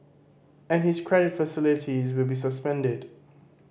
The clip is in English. and his credit facilities will be suspended